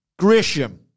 Grisham